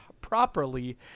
Properly